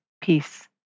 peace